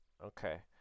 Okay